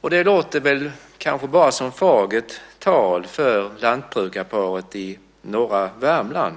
Det låter kanske bara som fagert tal för lantbrukarparet i norra Värmland.